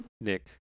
Nick